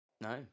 No